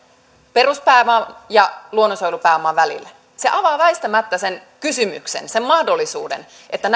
peruspääoman ja luonnonsuojelupääoman välille se avaa väistämättä sen kysymyksen sen mahdollisuuden että